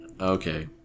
Okay